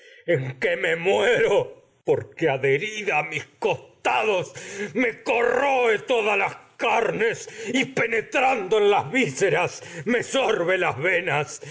que me porque adherida mis en costados me corroe todas las carnes y de las penetrando se las visceras me sorbe las venas